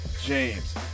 James